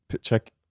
Check